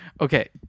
Okay